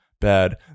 bad